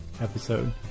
episode